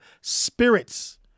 spirits